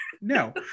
No